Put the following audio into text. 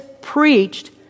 preached